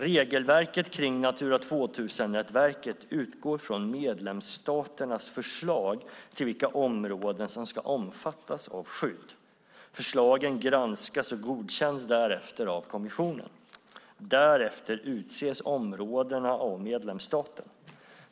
Regelverket för Natura 2000-nätverket utgår från medlemsstaternas förslag till vilka områden som ska omfattas av skydd. Förslagen granskas och godkänns sedan av kommissionen. Därefter utses områdena av medlemsstaten.